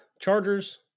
Chargers